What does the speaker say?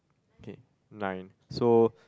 okay nine so